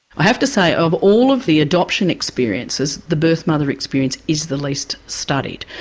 i have to say of all of the adoption experiences the birth mother experience is the least studied.